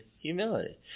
humility